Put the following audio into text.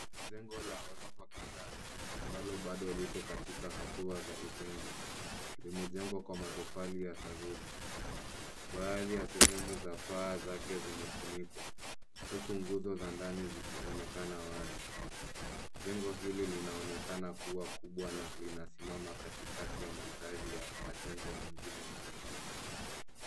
Jengo la ghorofa kadhaa ambalo bado liko katika hatua za ujenzi. Limejengwa kwa matofali ya saruji. Baadhi ya sehemu za paa zake zimefunikwa huku nguzo za ndani zikionekana wazi. Jengo hili linaonekana kuwa kubwa na limesimama katikati ya mandhari ya majengo mengine na miti.